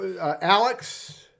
Alex